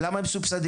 למה הם מסובסדים?